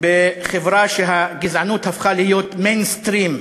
בחברה שבה הגזענות הפכה להיות "מיינסטרים",